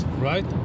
right